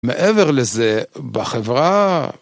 מעבר לזה, בחברה...